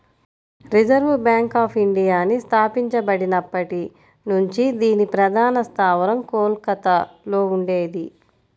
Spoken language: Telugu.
రిజర్వ్ బ్యాంక్ ఆఫ్ ఇండియాని స్థాపించబడినప్పటి నుంచి దీని ప్రధాన స్థావరం కోల్కతలో ఉండేది